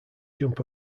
jump